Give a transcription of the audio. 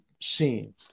seen